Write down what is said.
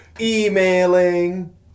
Emailing